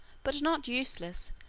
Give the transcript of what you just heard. but not useless,